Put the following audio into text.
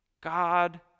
god